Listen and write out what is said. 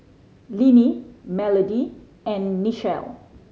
Linnie Melody and Nichelle